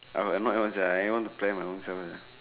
I'm I'm not sia I want to plan my own self ah